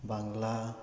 Bangla